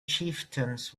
chieftains